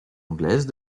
anglaise